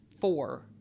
four